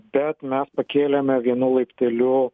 bet mes pakėlėme vienu laipteliu